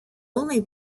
only